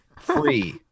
free